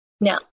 No